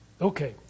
Okay